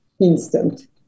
instant